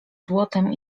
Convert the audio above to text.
złotem